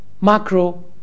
Macro